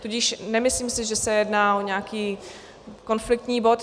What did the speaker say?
Tudíž nemyslím si, že se jedná o nějaký konfliktní bod.